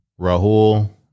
Rahul